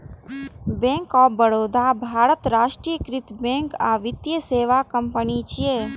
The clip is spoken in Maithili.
बैंक ऑफ बड़ोदा भारतक राष्ट्रीयकृत बैंक आ वित्तीय सेवा कंपनी छियै